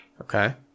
Okay